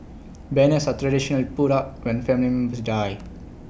banners are traditionally put up when family members die